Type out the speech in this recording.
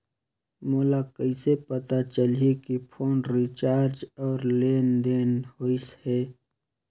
मोला कइसे पता चलही की फोन रिचार्ज और लेनदेन होइस हे?